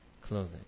clothing